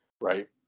right